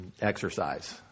exercise